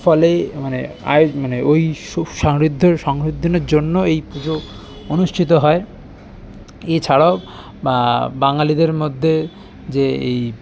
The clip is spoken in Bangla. ফলে মানে আয় মানে ওই সুখ সমৃদ্ধির সমৃদ্ধির জন্য এই পুজো অনুষ্ঠিত হয় এছাড়াও বাঙালিদের মধ্যে যে এই